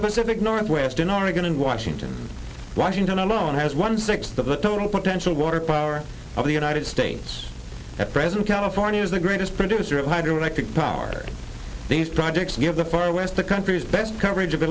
the pacific northwest in oregon and washington washington alone has one sixth of the total potential water power of the united states at present california is the greatest producer of hydroelectric power these projects give the far west the country's best coverage of